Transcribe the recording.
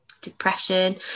depression